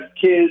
kids